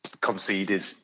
conceded